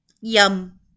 Yum